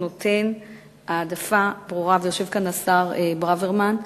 הוא נותן העדפה ברורה, ויושב כאן השר ברוורמן,